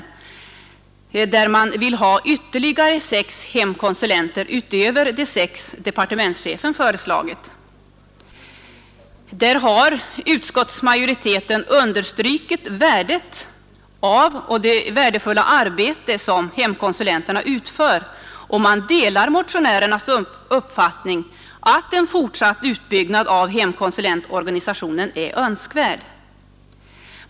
Reservanterna vill ha ytterligare sex hemkonsulenter utöver de sex departementschefen föreslagit. Utskottsmajoriteten har understrukit värdet av det arbete som hemkonsulenterna utför och delar motionärernas uppfattning att en fortsatt utbyggnad av hemkonsulentorganisationen är önskvärd.